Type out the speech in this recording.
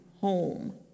home